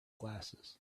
glasses